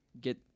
get